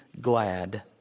glad